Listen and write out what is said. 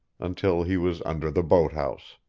until he was under the boat house.